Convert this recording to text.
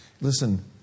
Listen